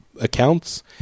accounts